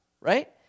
right